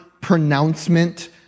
pronouncement